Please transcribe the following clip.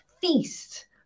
feast